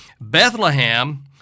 Bethlehem